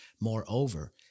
Moreover